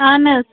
اہن حظ